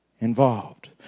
involved